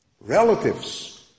relatives